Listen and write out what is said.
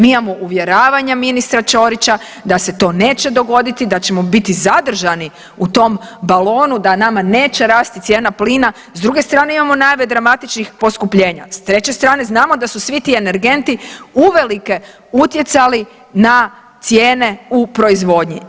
Mi imamo uvjeravanja ministra Ćorića da se to neće dogoditi da ćemo biti zadržani u tom balonu da nama neće rasti cijena plina, s druge strane imamo najave dramatičnih poskupljenja, s treće strane znamo da su svi ti energenti uvelike utjecali na cijene u proizvodnji.